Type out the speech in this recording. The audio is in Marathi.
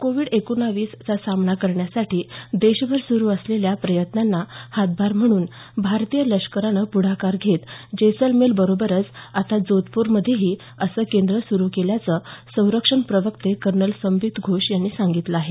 कोविड एकोणीसचा सामना करण्यासाठी देशभर सुरू असलेल्या प्रयत्नांना हातभार म्हणून भारतीय लष्करानं पुढाकार घेत जैसलमेरबरोबरच आता जोधपूरमध्येही असं केंद्र सुरू केल्याचं संरक्षण प्रवक्ते कर्नल संबित घोष यांनी सांगितलं आहे